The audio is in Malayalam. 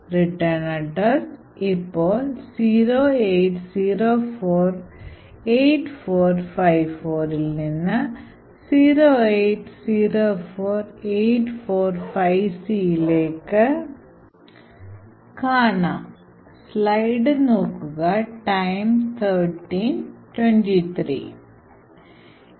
റിട്ടേൺ അഡ്രസ്സ് ഇപ്പോൾ 08048454ൽ നിന്ന് 0804845Cലേക്ക് മാറിയതായി കാണാം